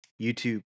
YouTube